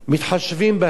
מתחשבים בהם.